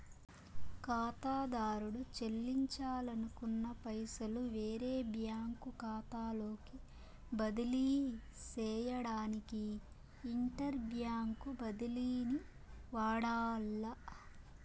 కాతాదారుడు సెల్లించాలనుకున్న పైసలు వేరే బ్యాంకు కాతాలోకి బదిలీ సేయడానికి ఇంటర్ బ్యాంకు బదిలీని వాడాల్ల